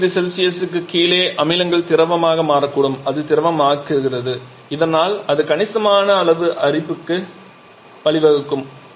1500C க்குக் கீழே அமிலங்கள் திரவமாக மாறக்கூடும் அது திரவமாக்குகிறது இதனால் அது கணிசமான அளவு அரிப்புக்கு வழிவகுக்கும்